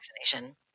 vaccination